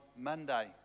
Monday